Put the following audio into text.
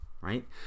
right